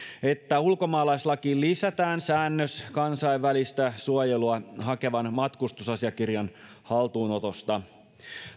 että ulkomaalaislakiin lisätään säännös kansainvälistä suojelua hakevan matkustusasiakirjan haltuunotosta